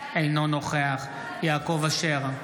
אינו נוכח יעקב אשר,